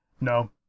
No